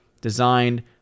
designed